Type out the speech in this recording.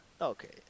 okay